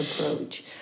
approach